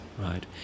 Right